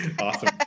Awesome